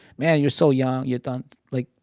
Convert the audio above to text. man, you're so young. you've done, like,